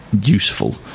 useful